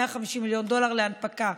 150 מיליון דולר להנפקה.